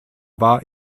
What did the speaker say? war